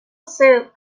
soup